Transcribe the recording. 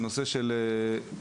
בנושא של מרעה,